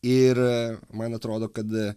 ir man atrodo kad